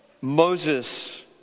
Moses